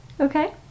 okay